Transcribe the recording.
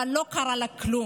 אבל לא קרה לה כלום.